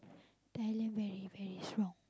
Thailand very very strong